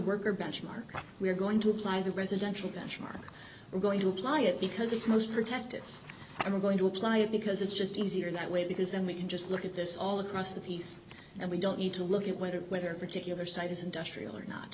worker benchmark we're going to apply the residential benchmark we're going to apply it because it's most protected i'm going to apply it because it's just easier that way because then we can just look at this all across the piece and we don't need to look at whether whether a particular site is industrial or not